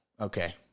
okay